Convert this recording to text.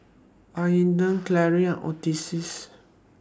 Aydan Carie and Ottis